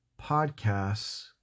podcasts